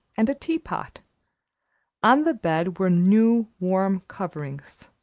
and a tea-pot on the bed were new, warm coverings,